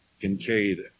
Kincaid